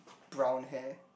brown hair